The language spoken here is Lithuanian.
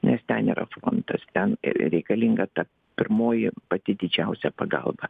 nes ten yra frontas ten reikalinga ta pirmoji pati didžiausia pagalba